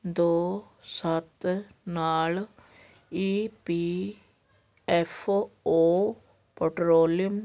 ਦੋ ਸੱਤ ਨਾਲ E P F O petroleum